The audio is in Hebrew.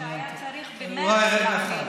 זה חוק שהיה צריך במרץ להעביר אותו.